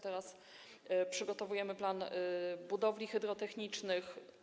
Teraz przygotowujemy plan budowli hydrotechnicznych.